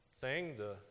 thing—the